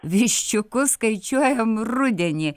viščiukus skaičiuojam rudenį